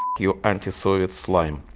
you, anti-soviet slime.